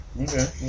Okay